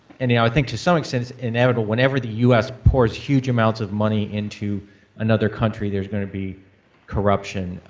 and you know i think to some extent it's inevitable whenever the us pours huge amounts of money into another country, there's gonna be corruption.